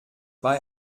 bei